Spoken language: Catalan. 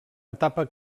etapa